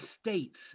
states